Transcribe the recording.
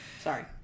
Sorry